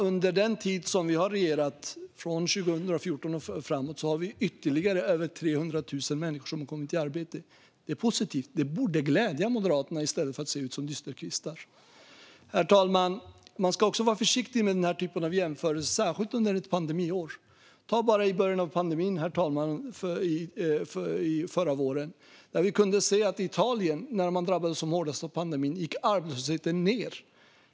Under den tid som vi har regerat, från 2014 och framåt, har ytterligare över 300 000 människor kommit i arbete. Det är positivt och borde glädja Moderaterna, men i stället ser de ut som dysterkvistar. Herr talman! Man ska också vara försiktig med den här typen av jämförelser, särskilt under ett pandemiår. I början av pandemin förra våren kunde vi se att arbetslösheten i Italien, när man där drabbades som hårdast av pandemin, gick ned.